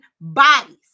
bodies